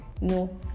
no